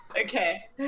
Okay